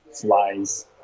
flies